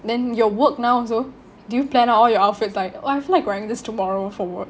then your work now also do plan out all your outfit like oh I feel like wearing this tomorrow for work